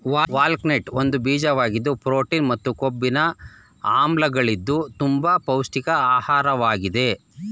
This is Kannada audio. ವಾಲ್ನಟ್ ಒಂದು ಬೀಜವಾಗಿದ್ದು ಪ್ರೋಟೀನ್ ಮತ್ತು ಕೊಬ್ಬಿನ ಆಮ್ಲಗಳಿದ್ದು ತುಂಬ ಪೌಷ್ಟಿಕ ಆಹಾರ್ವಾಗಿದೆ